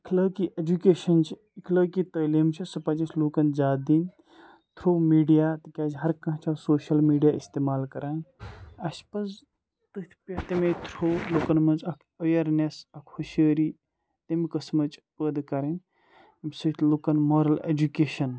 اِخلٲقی education چھِ اِخلٲقی تٲلیٖم چھےٚ سُہ پَزِ اَسہِ لوٗکَن زیادٕ دِنۍ تھرٛوٗ میٖڈیا تِکیازِ ہَر کانٛہہ چھِ آز سوشَل میٖڈیا اِستعمال کَران اَسہِ پَزِ تٔتھۍ پٮ۪ٹھ تَمے تھرٛوٗ لوٗکَن منٛز اَکھ اٮ۪وِیَرنٮ۪س اَکھ ہُشٲری تَمہِ قٕسمٕچ پٲدٕ کَرٕنۍ ییٚمہِ سۭتۍ لُکَن مارٕل اٮ۪جوکیشَن